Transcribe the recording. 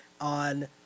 on